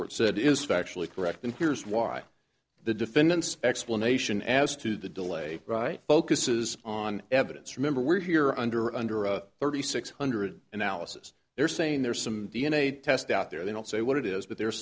court said is factually correct and here's why the defendant's explanation as to the delay right focuses on evidence remember we're here under under a thirty six hundred analysis they're saying there's some d n a test out there they don't say what it is but there